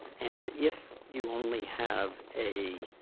and if you only have a